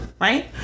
Right